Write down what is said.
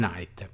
Night